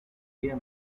hear